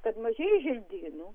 kad mažėja želdynų